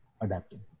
adapting